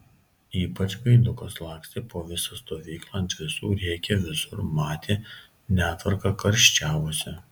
ypač gaidukas lakstė po visą stovyklą ant visų rėkė visur matė netvarką karščiavosi